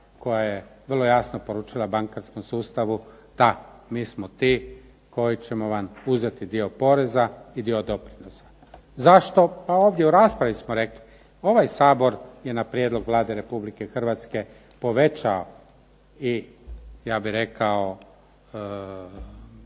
koja je vrlo jasno poručila bankarskom sustavu da mi smo ti koji ćemo vam uzeti dio poreza i dio doprinosa. Zašto? Pa ovdje u raspravi smo rekli ovaj Sabor je na prijedlog Vlade Republike Hrvatske povećao i ja bih rekao